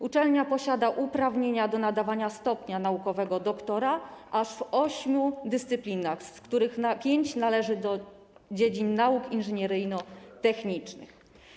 Uczelnia posiada uprawnienia do nadawania stopnia naukowego doktora aż w ośmiu dyscyplinach, w których pięć należy do nauk inżynieryjno-technicznych.